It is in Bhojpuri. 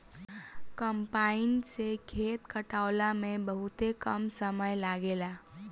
कम्पाईन से खेत कटावला में बहुते कम समय लागेला